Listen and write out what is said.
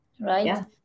right